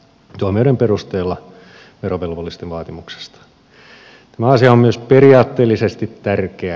no asiahan on myös periaatteellisesti tärkeä